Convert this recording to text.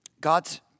God's